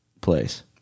place